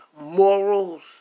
morals